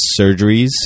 surgeries